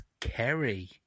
Kerry